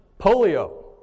polio